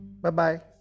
Bye-bye